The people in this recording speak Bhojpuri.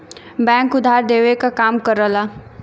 बैंक उधार देवे क काम करला